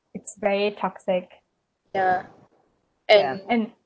it's very toxic ya and